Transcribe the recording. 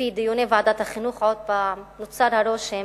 לפי דיוני ועדת החינוך, עוד פעם, נוצר הרושם